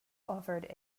offered